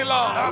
Lord